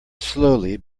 slowly